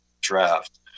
draft